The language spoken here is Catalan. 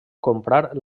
comprar